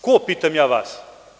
Ko, pitam ja vas?